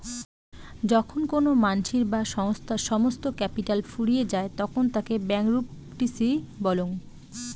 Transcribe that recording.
যখন কোনো মানসির বা সংস্থার সমস্ত ক্যাপিটাল ফুরিয়ে যায় তখন তাকে ব্যাংকরূপটিসি বলং